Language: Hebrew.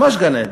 ממש גן-עדן.